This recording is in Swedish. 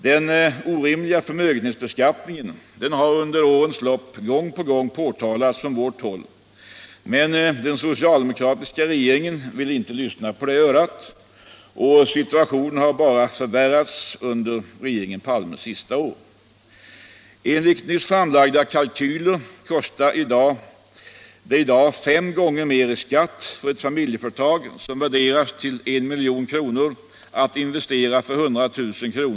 Den orimliga förmögenhetsbeskattningen har under årens lopp gång på gång påtalats från vårt håll, men den socialdemokratiska regeringen har inte velat lyssna på det örat. Och situationen har bara förvärrats under regeringen Palmes sista år. Enligt nyss framlagda kalkyler kostar det i dag fem gånger mer i skatt jämfört med år 1970 att investera 100 000 kr.